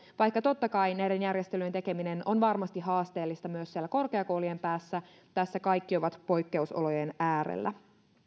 vaikka totta kai näiden järjestelyjen tekeminen on varmasti haasteellista myös siellä korkeakoulujen päässä tässä kaikki ovat poikkeusolojen äärellä